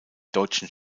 deutschen